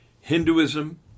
Hinduism